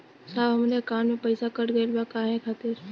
साहब हमरे एकाउंट से पैसाकट गईल बा काहे खातिर?